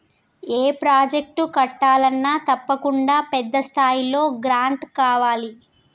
ఏ project కట్టాలన్నా తప్పకుండా పెద్ద స్థాయిలో గ్రాంటు కావాలి